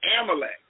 Amalek